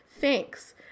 thanks